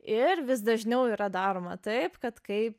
ir vis dažniau yra daroma taip kad kai